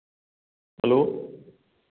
hello